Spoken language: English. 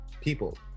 people